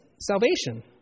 salvation